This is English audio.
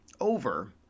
Over